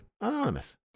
anonymous